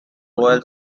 royal